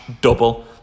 double